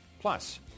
Plus